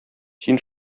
син